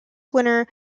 winner